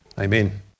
Amen